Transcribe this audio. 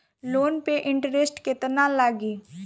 Loan पे interest केतना लागी?